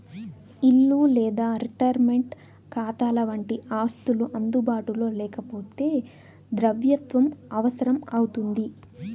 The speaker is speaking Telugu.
ఇల్లు లేదా రిటైర్మంటు కాతాలవంటి ఆస్తులు అందుబాటులో లేకపోతే ద్రవ్యత్వం అవసరం అవుతుంది